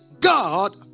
God